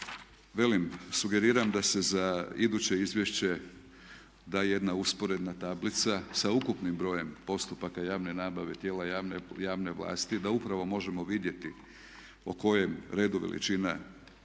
Velim, sugeriram da se za iduće izvješće da jedna usporedna tablica sa ukupnim brojem postupaka javne nabave, tijela javne vlasti da upravo možemo vidjeti o kojem redu, veličina